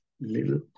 Little